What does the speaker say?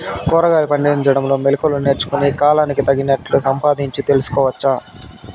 కూరగాయలు పండించడంలో మెళకువలు నేర్చుకుని, కాలానికి తగినట్లు సంపాదించు తెలుసుకోవచ్చు